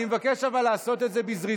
אני מבקש לעשות את זה בזריזות.